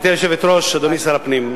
גברתי היושבת-ראש, אדוני שר הפנים,